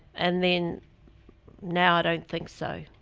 and then now i don't think so.